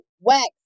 Wax